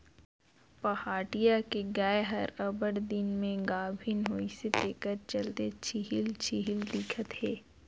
पहाटिया के गाय हर अब्बड़ दिन में गाभिन होइसे तेखर चलते छिहिल छिहिल दिखत हे